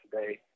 today